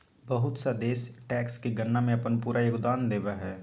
बहुत सा देश टैक्स के गणना में अपन पूरा योगदान देब हइ